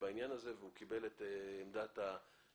בעניין הזה והוא קיבל את עמדת הממשלה.